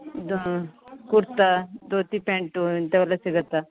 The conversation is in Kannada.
ಇದು ಕುರ್ತಾ ಧೋತಿ ಪ್ಯಾಂಟು ಇಂಥವೆಲ್ಲ ಸಿಗುತ್ತಾ